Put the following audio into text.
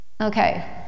Okay